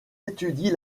étudie